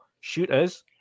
shooters